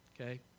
okay